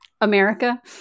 America